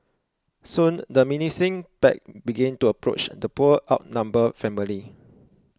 soon the menacing pack began to approach the poor outnumbered family